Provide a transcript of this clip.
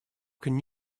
can